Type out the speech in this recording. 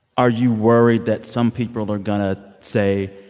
are you worried that some people are going to say,